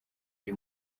ari